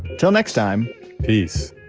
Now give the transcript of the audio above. till next time peace